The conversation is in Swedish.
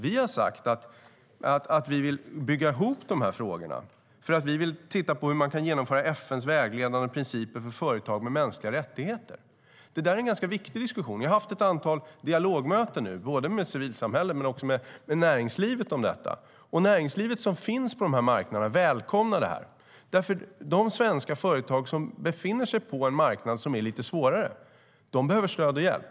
Vi har sagt att vi vill bygga ihop de här frågorna eftersom vi vill titta på hur man kan genomföra FN:s vägledande principer för företag och mänskliga rättigheter. Det är en ganska viktig diskussion. Jag har nu haft ett antal dialogmöten med både civilsamhället och näringslivet om detta, och näringslivet som finns på de här marknaderna välkomnar det här. De svenska företag som befinner sig på en marknad som är lite svårare behöver stöd och hjälp.